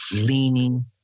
leaning